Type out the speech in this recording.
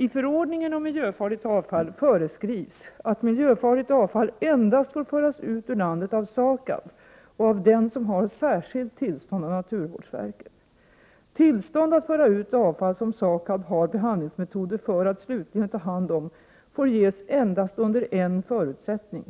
I förordningen om miljöfarligt avfall föreskrivs att miljöfarligt avfall endast får föras ut ur landet av SAKAB och av den som har särskilt tillstånd av naturvårdsverket. Tillstånd att föra ut avfall som SAKAB har behandlingsmetoder för att slutligen ta hand om får ges endast under en förutsättning: